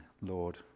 Lord